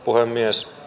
puhemies